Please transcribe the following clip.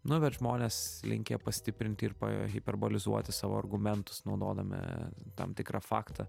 nu bet žmonės linkę pastiprinti ir pahiperbolizuoti savo argumentus naudodami tam tikrą faktą